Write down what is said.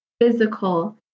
physical